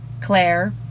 Claire